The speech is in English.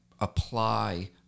apply